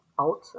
out